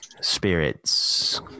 spirits